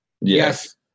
yes